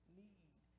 need